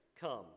come